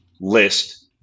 list